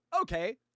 okay